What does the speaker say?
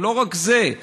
אבל לא רק זה,